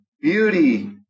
beauty